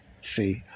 See